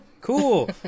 cool